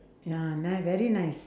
ya nice very nice